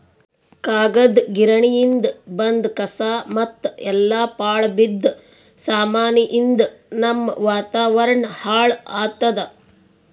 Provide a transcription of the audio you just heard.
ಕಾಗದ್ ಗಿರಣಿಯಿಂದ್ ಬಂದ್ ಕಸಾ ಮತ್ತ್ ಎಲ್ಲಾ ಪಾಳ್ ಬಿದ್ದ ಸಾಮಾನಿಯಿಂದ್ ನಮ್ಮ್ ವಾತಾವರಣ್ ಹಾಳ್ ಆತ್ತದ